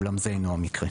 אולם זה אינו המקרה.